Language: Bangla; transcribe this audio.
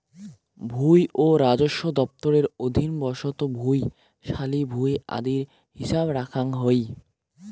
ভুঁই ও রাজস্ব দফতরের অধীন বসত ভুঁই, শালি ভুঁই আদির হিছাব রাখাং হই